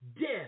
death